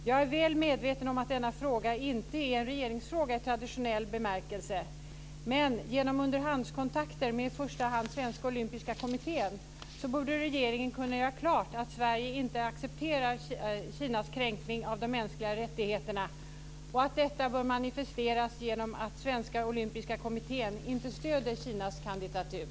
Jag är väl medveten om att denna fråga inte är en regeringsfråga i traditionell bemärkelse, men genom underhandskontakter med i första hand Svenska olympiska kommittén borde regeringen kunna göra klart att Sverige inte accepterar Kinas kränkning av de mänskliga rättigheterna och att detta bör manifesteras genom att Svenska olympiska kommittén inte stöder Kinas kandidatur.